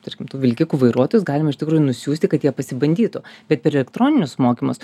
tarkim tų vilkikų vairuotojus galim iš tikrųjų nusiųsti kad jie pasibandytų bet per elektroninius mokymus